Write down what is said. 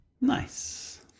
Nice